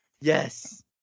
Yes